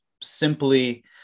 simply